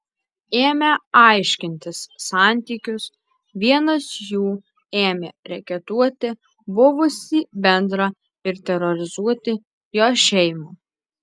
ėmę aiškintis santykius vienas jų ėmė reketuoti buvusį bendrą ir terorizuoti jo šeimą